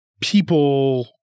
people